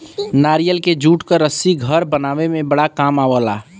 नारियल के जूट क रस्सी घर बनावे में बड़ा काम आवला